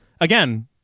Again